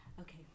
Okay